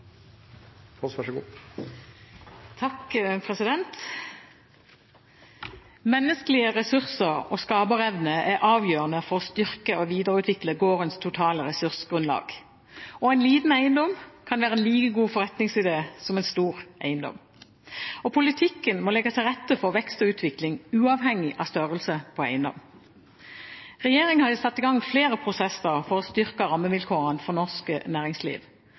avgjørende for å styrke og videreutvikle gårdens totale ressursgrunnlag. En liten eiendom kan være en like god forretningsidé som en stor eiendom. Politikken må legge til rette for vekst og utvikling uavhengig av størrelse på eiendom. Regjeringen har satt i gang flere prosesser for å styrke rammevilkårene for norsk næringsliv.